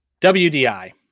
WDI